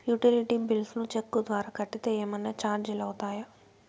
Utility bills ను cheque ద్వారా కట్టితే ఏమన్నా చార్జీలు అవుతాయా?